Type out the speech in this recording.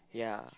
ya